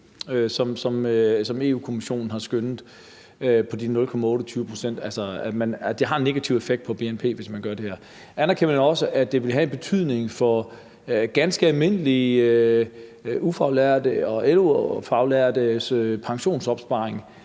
som Europa-Kommissionen har skønnet, altså at det har en negativ effekt på bnp, hvis man gør det her? Anerkender man også, at det vil have betydning for ganske almindelige ufaglærte og LO-faglærtes pensionsopsparinger,